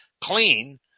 clean